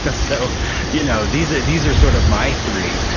but so you know these ah these are sort of my three.